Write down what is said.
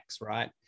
right